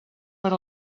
per